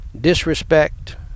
disrespect